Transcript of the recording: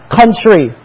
country